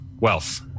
wealth